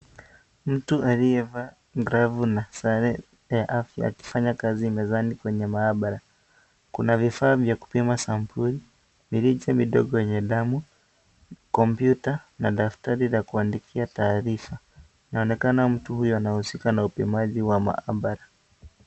Mtu aliyevaa glavu na sare ya afya akifanya kazi mezani kwenye maabara. Kuna vifaa vya kupima sampuli, mirija midogo yenye damu, kompyuta na daftari la kuandikia taarifa. Anaonekana mtu huyu anahusika na upimaji wa maabara.